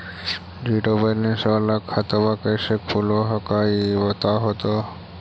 Zero balance वाला खतवा कैसे खुलो हकाई बताहो तो?